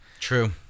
True